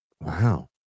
wow